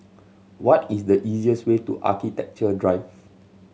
what is the easiest way to Architecture Drive